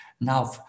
Now